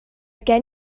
gen